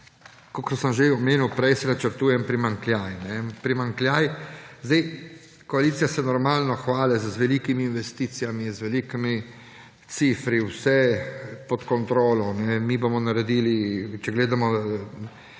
kakor sem že omenil prej, se načrtuje en primanjkljaj. Zdaj, koalicija se, normalno, hvali z velikimi investicijami, z velikimi ciframi, vse je pod kontrolo. Mi bomo naredili, če gledamo